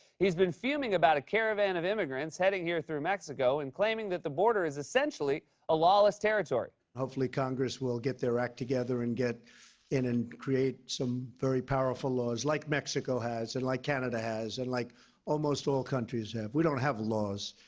he's been fuming about a caravan of immigrants headed here through mexico and claiming that the border is essentially a lawless territory. hopefully congress will get their act together and get in and create some very powerful laws, like mexico has and like canada has and like almost all countries have. we don't have laws,